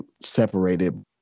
separated